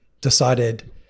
decided